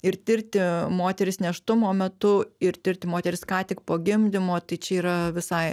ir tirti moteris nėštumo metu ir tirti moteris ką tik po gimdymo tai čia yra visai